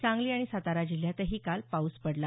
सांगली आणि सातारा जिल्ह्यातही काल पाऊस पडला